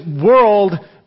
world